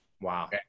wow